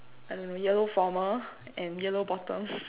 I don't know yellow and yellow bottom